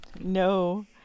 no